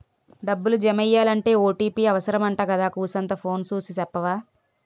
డబ్బులు జమెయ్యాలంటే ఓ.టి.పి అవుసరమంటగదా కూసంతా ఫోను సూసి సెప్పవా